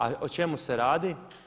A o čemu se radi?